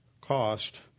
cost